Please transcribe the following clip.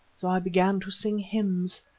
so i began to sing hymns.